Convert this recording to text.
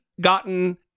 gotten